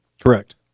Correct